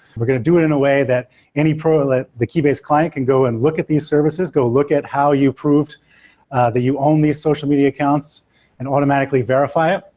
we're going to do it in a way that any pro let the keybase client can go and look at these services, go look at how you proved that you own these social media accounts and automatically verify it,